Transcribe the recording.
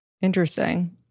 Interesting